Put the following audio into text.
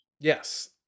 Yes